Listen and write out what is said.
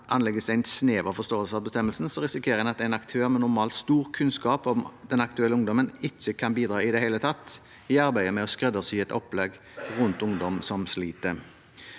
anlegges en snever forståelse av bestemmelsen, risikerer en at en aktør med normalt stor kunnskap om den aktuelle ungdommen ikke kan bidra i det hele tatt i arbeidet med å skreddersy et opplegg rundt ungdom som sliter.